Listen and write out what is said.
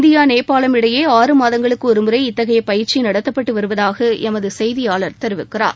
India நோபளம் இடையே ஆறு மாதங்களுக்கு ஒருமுறை இத்தகைய பயிற்சி நடத்தப்பட்டு வருவதாக எமது செய்தியாளர் தெரிவிக்கிறார்